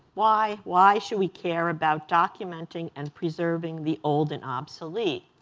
why, why should we care about documenting and preserving the old and obsolete?